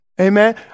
Amen